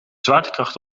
zwaartekracht